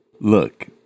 look